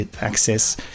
Access